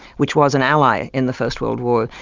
which was an ally in the first world war.